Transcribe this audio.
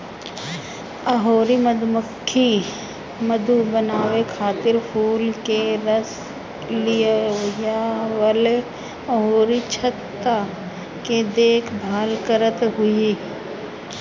अउरी मधुमक्खी मधु बनावे खातिर फूल से रस लियावल अउरी छत्ता के देखभाल करत हई